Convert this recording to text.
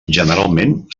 generalment